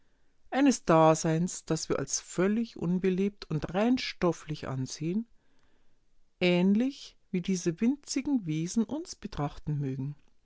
eines daseins das wir als völlig unbelebt und rein stofflich ansehen ähnlich wie diese winzigen wesen uns betrachten mögen